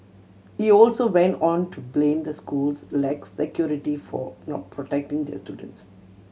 he also went on to blame the school's lax security for not protecting the students